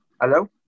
Hello